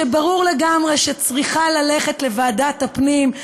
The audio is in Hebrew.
שברור לגמרי שצריכה ללכת לוועדת הפנים,